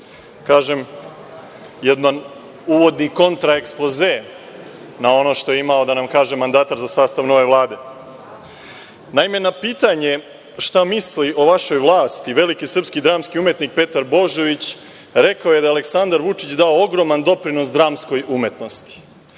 kažem jedan uvodni kontra ekspoze na ono što je imao da nam kaže mandatar za sastav nove Vlade. Naime, na pitanje šta misli o vašoj vlasti, veliki sprski dramski umetnik Petar Božović, rekao je da Aleksandar Vučić dao ogroman doprinos dramskoj umetnosti.